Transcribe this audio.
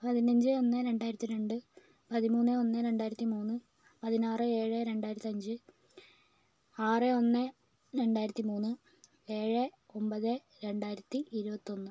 പതിനഞ്ച് ഒന്ന് രണ്ടായിരത്തി രണ്ട് പതിമൂന്ന് ഒന്ന് രണ്ടായിരത്തി മൂന്ന് പതിനാറ് ഏഴ് രണ്ടായിരത്തി അഞ്ച് ആറ് ഒന്ന് രണ്ടായിരത്തി മൂന്ന് ഏഴ് ഒൻപത് രണ്ടായിരത്തി ഇരുപത്തി ഒന്ന്